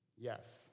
Yes